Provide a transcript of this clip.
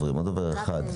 להתייחס,